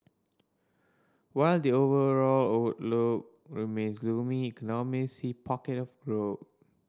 while the overall outlook remains gloomy economist see pocket of growth